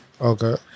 Okay